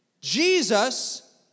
Jesus